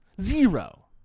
Zero